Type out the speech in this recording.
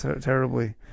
terribly